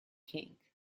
king